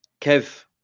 Kev